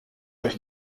euch